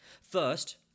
First